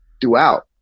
throughout